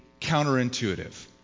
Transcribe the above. counterintuitive